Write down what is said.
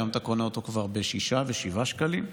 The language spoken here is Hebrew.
היום אתה קונה אותו כבר ב-6 ו-7 שקלים.